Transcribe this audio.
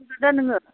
दा नोङो